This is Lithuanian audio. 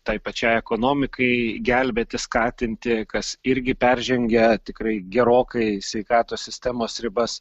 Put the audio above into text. tai pačiai ekonomikai gelbėti skatinti kas irgi peržengia tikrai gerokai sveikatos sistemos ribas